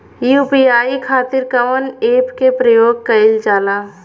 UPI खातीर कवन ऐपके प्रयोग कइलजाला?